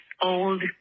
old